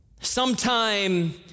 Sometime